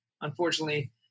Unfortunately